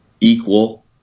equal